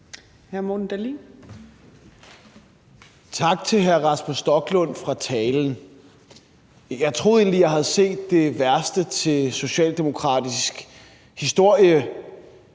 Tak til hr. Rasmus Stoklund for talen. Jeg troede egentlig, jeg havde set det værste til socialdemokratisk